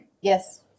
Yes